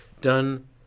done